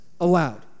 allowed